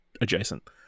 adjacent